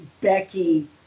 Becky